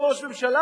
אותו ראש ממשלה,